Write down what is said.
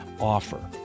offer